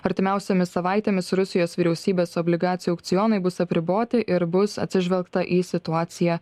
artimiausiomis savaitėmis rusijos vyriausybės obligacijų aukcionai bus apriboti ir bus atsižvelgta į situaciją